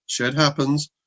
shedhappens